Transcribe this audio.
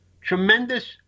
tremendous